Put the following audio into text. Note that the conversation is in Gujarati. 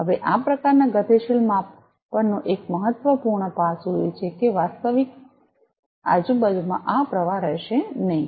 હવે આ પ્રકારનાં ગતિશીલ માપનો એક મહત્વપૂર્ણ પાસું એ છે કે વાસ્તવિક આજુબાજુમાં આ પ્રવાહ રહેશે નહીં